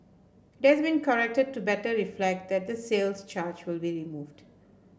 it has been corrected to better reflect that the sales charge will be removed